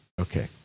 okay